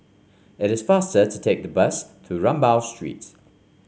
it is faster to take the bus to Rambau Street